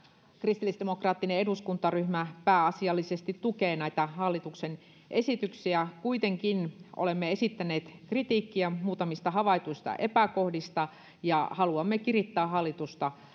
kristillisdemokraattinen eduskuntaryhmä pääasiallisesti tukee näitä hallituksen esityksiä kuitenkin olemme esittäneet kritiikkiä muutamista havaituista epäkohdista ja haluamme kirittää hallitusta